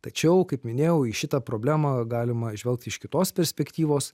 tačiau kaip minėjau į šitą problemą galima žvelgt iš kitos perspektyvos